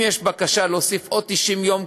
אם יש בקשה להוסיף עוד 90 יום,